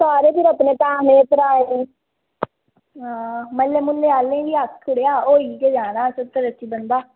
सारें अपने भैनें भ्रांएं गी आं म्हल्लें आह्लें गी बी आक्खी ओड़ेआ होई गै जाना सत्तर अस्सीं बंदा